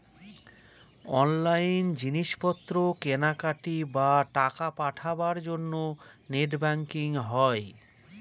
online জিনিস পত্র কেনাকাটি, বা টাকা পাঠাবার জন্য নেট ব্যাঙ্কিং হয়